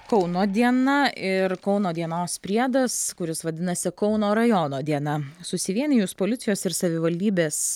kauno diena ir kauno dienos priedas kuris vadinasi kauno rajono diena susivienijus policijos ir savivaldybės